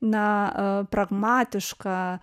na pragmatišką